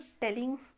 telling